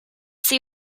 see